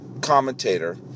Commentator